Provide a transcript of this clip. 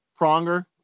Pronger